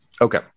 Okay